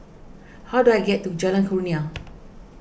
how do I get to Jalan Kurnia